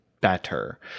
better